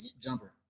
Jumper